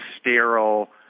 sterile